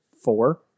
four